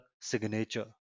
signature